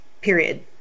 period